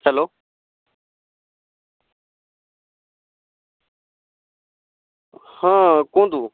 hello ହଁ କୁହନ୍ତୁ